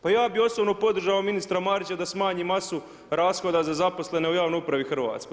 Pa ja bih osobno podržao ministra Marića da smanji masu rashoda za zaposlene u javnoj upravi Hrvatskoj.